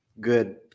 good